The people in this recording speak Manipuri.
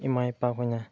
ꯏꯃꯥ ꯏꯄꯥ ꯈꯣꯏꯅ